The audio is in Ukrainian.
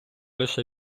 лише